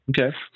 okay